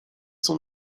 son